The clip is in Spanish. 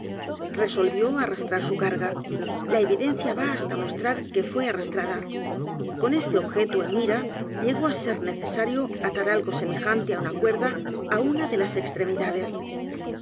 a r su carga la evidencia va hasta mostrar que fué arrastrada con este objeto en mira llegó á ser necesario atar algo semejante á una cuerda á una de las extremidades